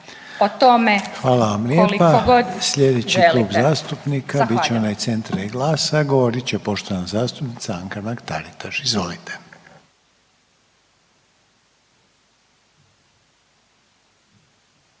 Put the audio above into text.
Hvala vam lijepa. Slijedeći Klub zastupnika bit će onaj Centra i GLAS-a, govorit će poštovana zastupnica Anka Mrak-Taritaš, izvolite.